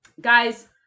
guys